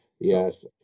Yes